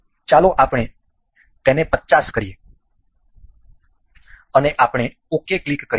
ચાલો આપણે તેને 50 કરીએ અને આપણે ok ક્લિક કરીશું